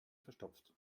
verstopft